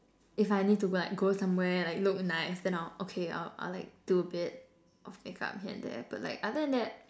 if I need to be like go somewhere like look nice then I'll okay I'll I'll like I'll do a bit of makeup here and there but like other than that